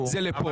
זה לפה.